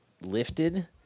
lifted